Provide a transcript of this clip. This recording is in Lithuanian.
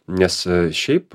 nes šiaip